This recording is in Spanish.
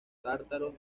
tártaros